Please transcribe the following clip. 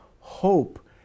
hope